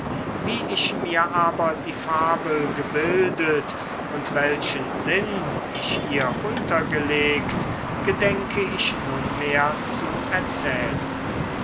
wie ich mir aber die fabel gebildet und welchen sinn ich ihr untergelegt gedenke ich nunmehr zu erzählen